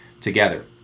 together